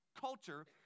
culture